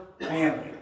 family